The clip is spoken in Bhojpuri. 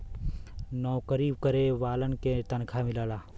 नऊकरी करे वालन के तनखा मिलला